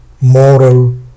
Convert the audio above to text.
moral